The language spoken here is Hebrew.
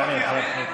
תן להם אישור.